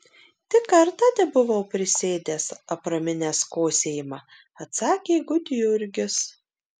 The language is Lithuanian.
tik kartą tebuvau prisėdęs apraminęs kosėjimą atsakė gudjurgis